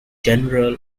general